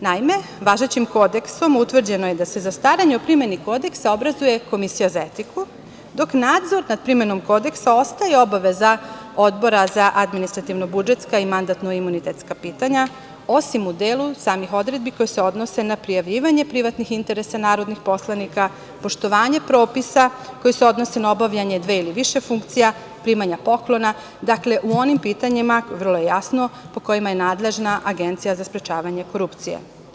Naime, važećim Kodeksom je utvrđeno da se za staranje o primeni Kodeksa obrazuje komisija za etiku, dok nadzor nad primenom Kodeksa ostaje obaveza Odbora za administrativno-budžetska i mandatno-imunitetska pitanja, osim u delu samih odredbi koje se odnose na prijavljivanje privatnih interesa narodnih poslanika, poštovanje propisa koji se odnose na obavljanje dve ili više funkcija, primanja poklona, dakle, u onim pitanjima, vrlo je jasno, po kojima je nadležna Agencija za sprečavanje korupcije.